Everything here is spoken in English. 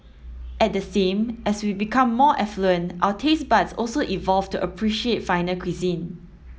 at the same as we become more affluent our taste buds also evolve to appreciate finer cuisine